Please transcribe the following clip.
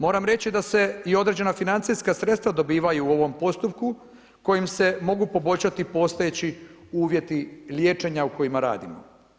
Moram reći da se i određena financijska sredstva dobivaju u ovom postupku kojim se mogu poboljšati postojeći uvjeti liječenja u kojima radimo.